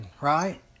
right